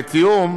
לתיאום